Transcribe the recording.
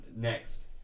next